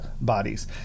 bodies